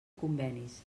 convenis